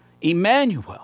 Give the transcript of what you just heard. emmanuel